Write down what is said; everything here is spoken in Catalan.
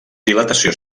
dilatació